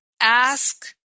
ask